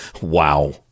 Wow